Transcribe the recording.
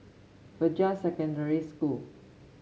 Fajar Secondary School